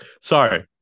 sorry